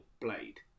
blade